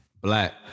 Black